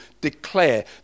declare